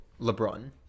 LeBron